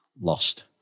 lost